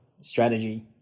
strategy